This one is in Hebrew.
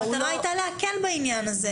המטרה הייתה להקל בעניין הזה.